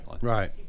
right